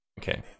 Okay